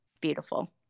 beautiful